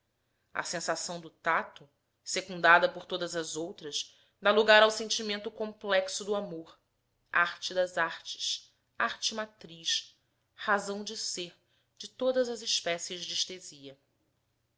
a sensação do tato secundada por todas as outras dá lugar ao sentimento complexo do amor arte das artes arte matriz razão de ser de todas as espécies de estesia